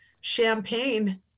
champagne